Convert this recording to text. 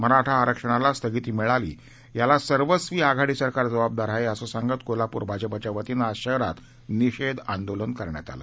मराठा आरक्षणाला स्थगिती मिळाली याला सर्वस्वी आघाडी सरकार जबाबदार आहे असं सांगत कोल्हापूर भाजपच्या वतीनं आज शहरात निषेध आंदोलन करण्यात आलं